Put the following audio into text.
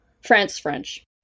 France-French